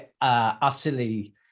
utterly